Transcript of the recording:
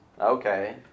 Okay